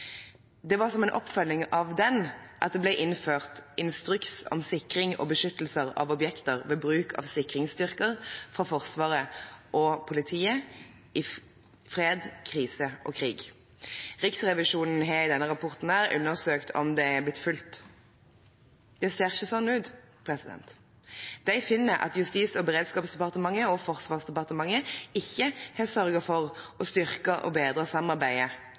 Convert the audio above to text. Det var som en oppfølging av den at det ble innført instruks om sikring og beskyttelse av objekter ved bruk av sikringsstyrker fra Forsvaret og politiet i fred, krise og krig. Riksrevisjonen har i denne rapporten undersøkt om det er blitt fulgt. Det ser ikke sånn ut. De finner at Justis- og beredskapsdepartementet og Forsvarsdepartementet ikke har sørget for å styrke og bedre samarbeidet